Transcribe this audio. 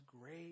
great